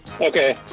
Okay